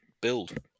build